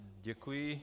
Děkuji.